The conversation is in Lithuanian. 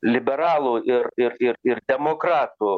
liberalų ir ir ir ir demokratų